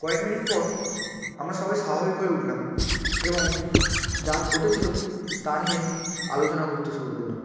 কয়েক মিনিট পর আমরা সবাই স্বাভাবিক হয়ে উঠলাম এবং যা ঘটেছিল তা নিয়ে আলোচনা করতে শুরু করলাম